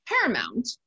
paramount